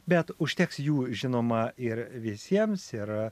bet užteks jų žinoma ir visiems ir